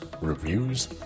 reviews